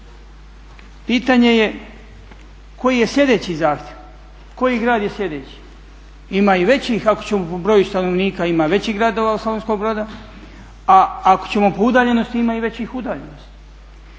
Pitanje je koji je sljedeći zahtjev, koji grad je sljedeći. Ima i većih ako ćemo po broju stanovnika, ima i većih gradova od Slavonskog Broda, a ako ćemo po udaljenosti ima i većih udaljenosti.